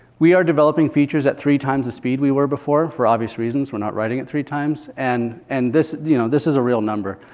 we are developing features at three times the speed we were before, for obvious reasons. we're not writing it three times. and and this you know this is a real number.